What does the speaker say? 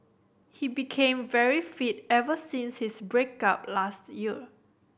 he became very fit ever since his break up last year